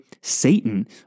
Satan